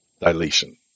dilation